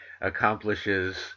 accomplishes